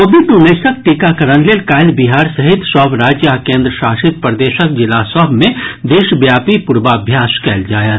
Covid उन्नैसक टीकाकरण लेल काल्हि बिहार सहित सभ राज्य आ केन्द्र शासित प्रदेशक जिला सभ मे देशव्यापी पूर्वाभ्यास कयल जायत